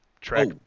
track